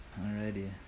Alrighty